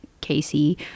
Casey